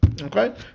Okay